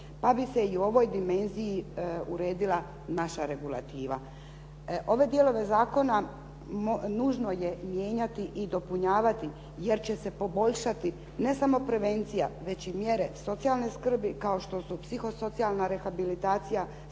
pa bi se i u ovoj dimenziji uredila naša regulativa. Ove dijelove zakona nužno je mijenjati i dopunjavati jer će se poboljšati ne samo prevencija, već i mjere socijalne skrbi kao što su psihosocijalna rehabilitacija,